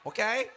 Okay